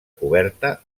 coberta